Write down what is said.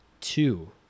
Two